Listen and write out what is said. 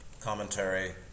commentary